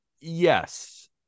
yes